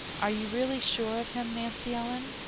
are you really sure of him, nancy ellen?